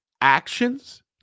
actions